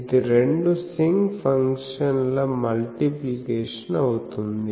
ఇది రెండు సింక్ ఫంక్షన్ల మల్టిప్లికేషన్ అవుతుంది